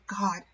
God